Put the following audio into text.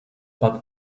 but